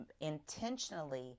intentionally